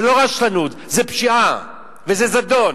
זה לא רשלנות, זה פשיעה וזה זדון.